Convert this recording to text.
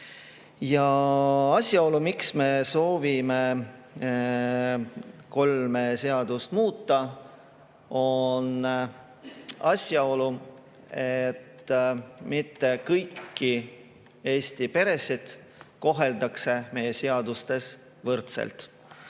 Ja asjaolu, miks me soovime kolme seadust muuta, on, et mitte kõiki Eesti peresid ei kohelda meie seadustes võrdselt.